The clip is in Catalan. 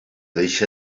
deixa